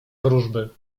wróżby